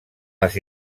les